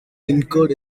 incurred